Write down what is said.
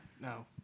No